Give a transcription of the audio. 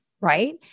Right